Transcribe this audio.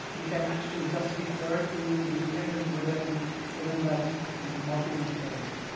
you can actually just refer to the image within within that multi-image format.